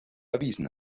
erwiesen